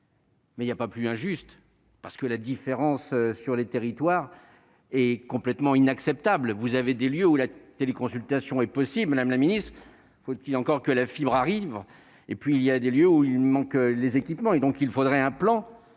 Mais il y a pas plus injuste parce que la différence sur les territoires est complètement inacceptable, vous avez des lieux où la téléconsultation est possible Madame la Ministre, faut-il encore que la fibre arrive et puis il y a des lieux où il manque les équipements et donc il faudrait un plan